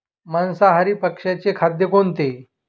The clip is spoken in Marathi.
मांसाहारी पक्ष्याचे खाद्य कोणते?